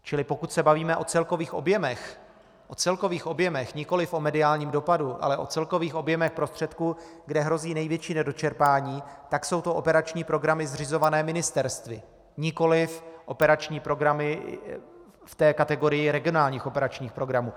Čili pokud se bavíme o celkových objemech, nikoliv o mediálním dopadu, ale o celkových objemech prostředků, kde hrozí největší nedočerpání, tak jsou to operační programy zřizované ministerstvy, nikoliv operační programy té kategorie regionálních operačních programů.